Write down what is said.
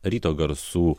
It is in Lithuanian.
ryto garsų